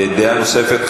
דעה נוספת.